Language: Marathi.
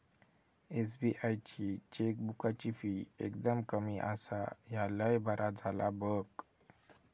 एस.बी.आई ची चेकबुकाची फी एकदम कमी आसा, ह्या लय बरा झाला बघ